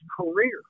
career